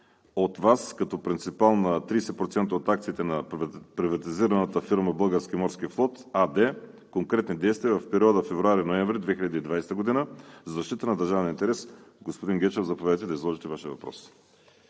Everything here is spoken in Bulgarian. от Вас, като принципал на 30% от акциите на приватизираната фирма „Български морски флот“ АД, конкретни действия в периода февруари – ноември 2020 г. в защита на държавния интерес. Господин Гечев, заповядайте да изложите Вашия въпрос.